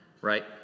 right